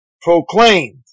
Proclaimed